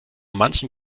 manchem